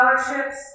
scholarships